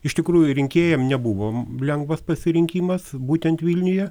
iš tikrųjų rinkėjam nebuvo lengvas pasirinkimas būtent vilniuje